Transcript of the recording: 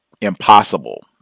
impossible